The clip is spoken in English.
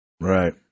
Right